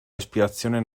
respirazione